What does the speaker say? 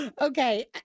Okay